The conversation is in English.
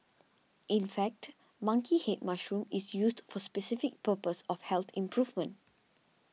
in fact monkey head mushroom is used for specific purpose of health improvement